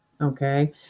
Okay